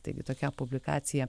taigi tokia publikacija